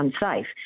unsafe